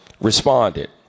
responded